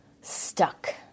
stuck